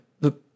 look